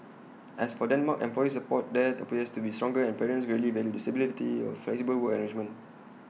as for Denmark employer support there appears to be stronger and parents greatly value the availability of flexible work arrangements